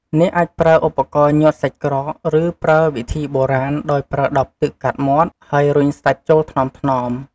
អ្នកអាចប្រើឧបករណ៍ញាត់សាច់ក្រក ឬប្រើវិធីបុរាណដោយប្រើដបទឹកកាត់មាត់ ហើយរុញសាច់ចូលថ្នមៗ។